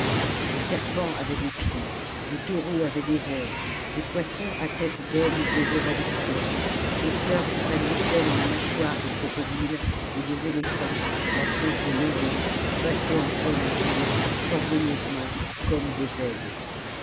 des serpents avaient des pieds des taureaux avaient des ailes des poissons à têtes d'homme dévoraient des fruits des fleurs s'épanouissaient dans la mâchoire des crocodiles et des éléphants la trompe levée passaient en plein azur orgueilleusement comme des aigles